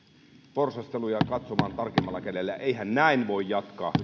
porsasteluja katsomaan tarkemmalla kädellä eihän näin voi jatkaa